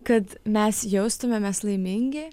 kad mes jaustumėmės laimingi